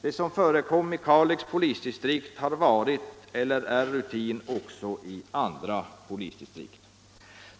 Det som förekom i Kalix polisdistrikt har varit eller är rutin också i andra polisdistrikt.